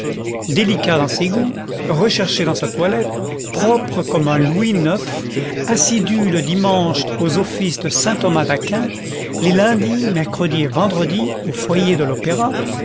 délicat dans ses goûts recherché dans sa toilette propre comme un louis neuf assidu le dimanche aux offices de saint-thomas d'aquin les lundis mercredis et vendredis au foyer de l'opéra